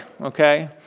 okay